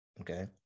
Okay